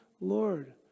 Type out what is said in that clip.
Lord